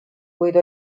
kuid